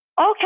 okay